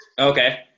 okay